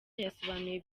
yasobanuye